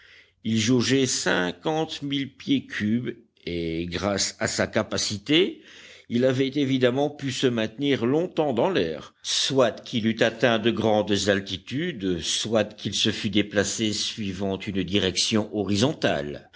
il jaugeait cinquante mille pieds cubes et grâce à sa capacité il avait évidemment pu se maintenir longtemps dans l'air soit qu'il eût atteint de grandes altitudes soit qu'il se fût déplacé suivant une direction horizontale